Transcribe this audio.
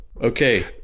Okay